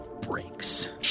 breaks